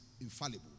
infallible